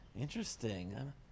interesting